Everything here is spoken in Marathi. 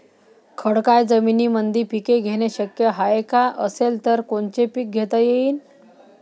खडकाळ जमीनीमंदी पिके घेणे शक्य हाये का? असेल तर कोनचे पीक घेता येईन?